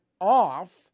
off